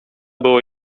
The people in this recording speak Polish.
było